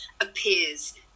appears